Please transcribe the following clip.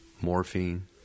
morphine